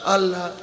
Allah